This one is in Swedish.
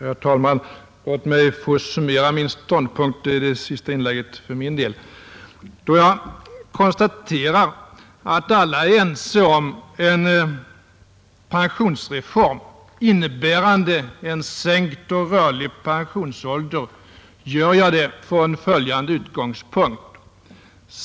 Herr talman! Låt mig få summera min ståndpunkt i detta anförande, som är det sista i denna fråga för min del. När jag konstaterar att alla är ense om en pensionsreform, innebärande en sänkt och rörlig pensionsålder, gör jag det från följande utgångspunkt.